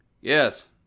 Yes